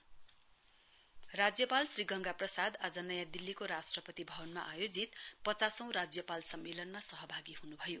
governs conference राज्यपाल श्री गंगा प्रसाद् आज नयाँ दिल्लीको राष्ट्रिय भवनमा आयोजित पचासौं राज्यपाल सम्मेलनमा सहभागी हुनुभयो